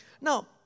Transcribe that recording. Now